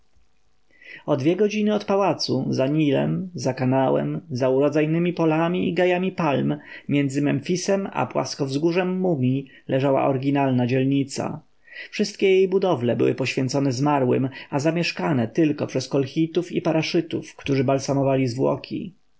dwie godziny od pałacu za nilem za kanałem za urodzajnemi polami i gajami palm między memfisem a płaskowzgórzem mumji leżała oryginalna dzielnica wszystkie jej budowle były poświęcone zmarłym a zamieszkane tylko przez kolchitów i paraszytów którzy